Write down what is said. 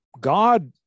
God